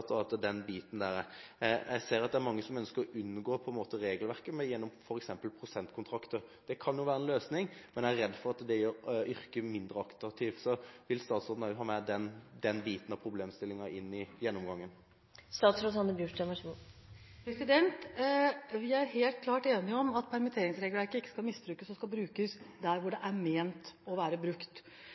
at den biten er der. Jeg ser at det er mange som ønsker å unngå regelverket gjennom f.eks. prosentkontrakter. Det kan være en løsning, men jeg er redd for at det gjør yrket mindre attraktivt. Vil statsråden også ha med den biten av problemstillingen inn i gjennomgangen? Vi er helt klart enige om at permitteringsregelverket ikke skal misbrukes, og at det skal brukes der det er ment å bli brukt.